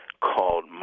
called